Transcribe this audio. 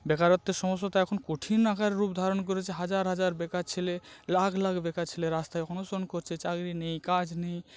ব্যাকারত্বের সমস্যা তো এখন কঠিন আকার রূপ ধারণ করেছে হাজার হাজার বেকার ছেলে লাখ লাখ বেকার ছেলে রাস্তায় অনশন করছে চাকরি নেই কাজ নেই